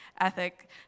ethic